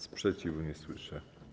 Sprzeciwu nie słyszę.